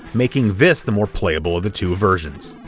making this the more playable of the two versions.